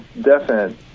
definite